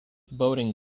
boating